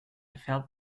felt